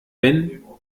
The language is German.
wenn